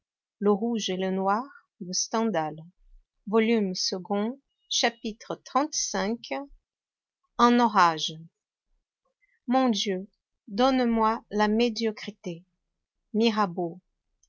chapitre xxxv un orage mon dieu donnez-moi la médiocrité mirabeau